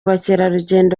bakerarugendo